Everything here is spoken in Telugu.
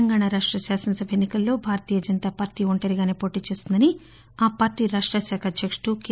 తెలంగాణ రాష్ట శాసనసభ ఎన్ని కల్లో భారతీయ జనతాపార్టీ ఒంటరిగానే వోటీ చేస్తుందని ఆ పార్టీ రాష్ట శాఖ అధ్యకుడు కె